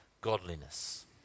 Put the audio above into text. godliness